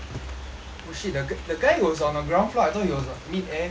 oh shit the guy the guy was on the ground floor I thought he was on mid air